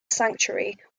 sanctuary